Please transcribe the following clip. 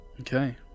Okay